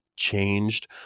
changed